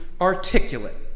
articulate